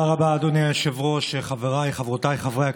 פחד תלויים לפיכך חייב